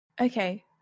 Okay